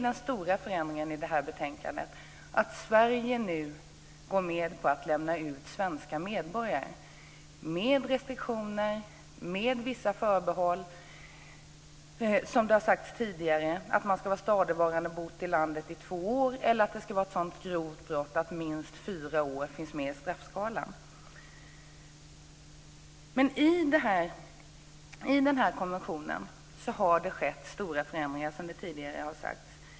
Den stora förändringen i det här betänkandet är att Sverige nu går med på att lämna ut svenska medborgare, med restriktioner, med vissa förbehåll, som det har sagts tidigare, att man ska ha bott stadigvarande i landet i två år eller att det ska vara ett så grovt brott att minst fyra år finns med i straffskalan. I den här konventionen har det skett stora förändringar, som tidigare har sagts.